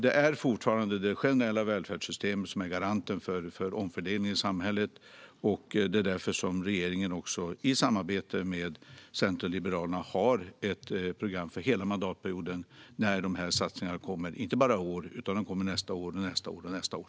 Det är fortfarande det generella välfärdssystemet som är garanten för omfördelningen i samhället, och det är därför som regeringen i samarbete med Centern och Liberalerna har ett program för dessa satsningar hela mandatperioden, inte bara i år utan även nästa år och nästa år.